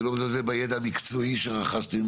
אני לא מזלזל בידע המקצועי שרכשתם עם